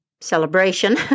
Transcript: celebration